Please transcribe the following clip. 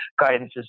guidances